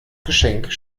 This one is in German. geschenk